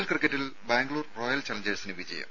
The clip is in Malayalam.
എൽ ക്രിക്കറ്റിൽ ബാംഗ്ലൂർ റോയൽ ചലഞ്ചേഴ്സിന് വിജയം